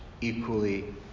equally